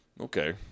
okay